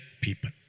people